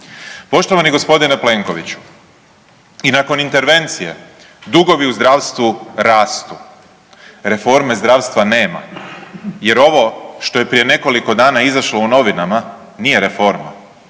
Poštovani gospodine Plenkoviću i nakon intervencije dugovi u zdravstvu rastu. Reforme zdravstva nema jer ovo što je prije nekoliko dana izašlo u novinama, nije reforma.